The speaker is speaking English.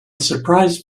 surprise